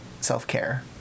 Self-care